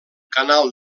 canal